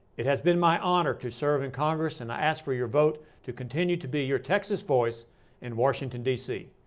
it has been my honor to serve in congress and i ask for your vote to continue to be your texas voice in washington, d c.